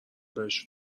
بهش